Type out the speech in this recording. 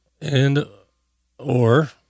and/or